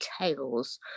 tales